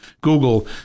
Google